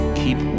keep